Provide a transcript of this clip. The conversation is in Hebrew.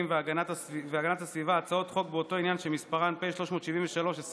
והגנת הסביבה הצעות חוק באותו עניין שמספריהן פ/373/25,